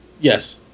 Yes